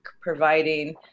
providing